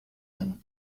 ano